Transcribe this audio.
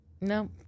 no